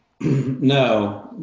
no